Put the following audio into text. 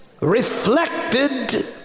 reflected